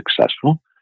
successful